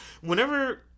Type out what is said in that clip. whenever